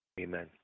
Amen